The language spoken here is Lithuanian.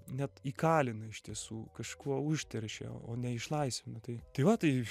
net įkalina iš tiesų kažkuo užteršia o ne išlaisvina tai tai va tai